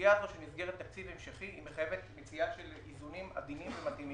הסוגיה של מסגרת תקציב המשכי מחייבת מציאת איזונים עדינים ומתאימים.